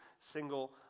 single